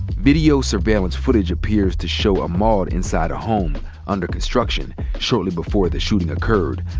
video surveillance footage appears to show ahmaud inside a home under construction shortly before the shooting occurred.